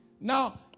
Now